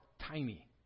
tiny